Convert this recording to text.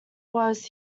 was